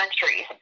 countries